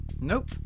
Nope